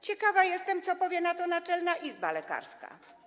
Ciekawa jestem, co powie na to Naczelna Izba Lekarska.